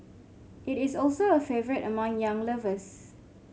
it is also a favourite among young lovers